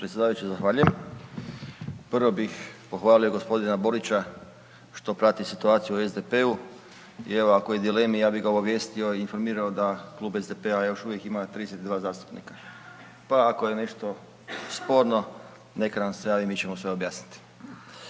predsjedavajući zahvaljujem. Prvo bih pohvalio gospodina Borića što prati situaciju u SDP-u jel ako je u dilemi ja bih ga obavijestio i informirao da Klub SDP-a još uvijek ima 32 zastupnika pa ako je nešto sporno neka nam se javi, mi ćemo sve objasniti.